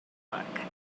luck